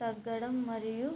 తగ్గడం మరియు